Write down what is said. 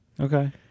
Okay